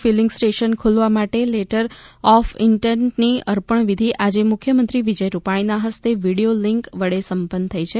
feeling station ખોલવા માટેના letter of ઇન્ટેન્ટની અર્પણ વિધિ આજે મુખ્યમંત્રી વિજય રૂપાણીના હસ્તે વિડિયો લિન્ક વડે સંપન્ન થઈ છે